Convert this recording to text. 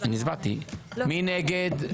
מי נגד?